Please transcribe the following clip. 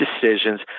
decisions